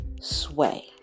sway